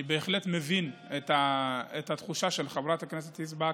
אני בהחלט מבין את התחושות של חברת הכנסת יזבק,